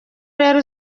rero